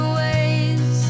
ways